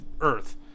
earth